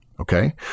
Okay